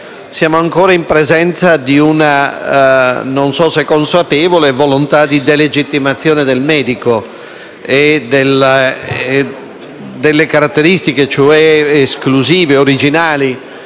Siamo ancora in presenza di una - non so se consapevole - volontà di delegittimazione del medico e delle caratteristiche esclusive e originali